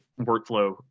workflow